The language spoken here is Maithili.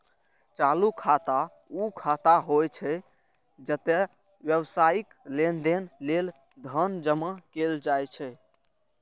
चालू खाता ऊ खाता होइ छै, जतय व्यावसायिक लेनदेन लेल धन जमा कैल जाइ छै